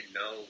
no